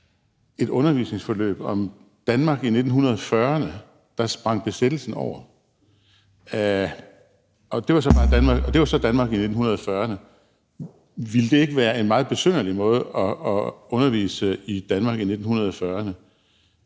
et undervisningsforløb om Danmark i 1940'erne, der sprang besættelsen over – og det var så Danmark i 1940'erne – ville det så ikke være en meget besynderlig måde at undervise om Danmark i 1940'erne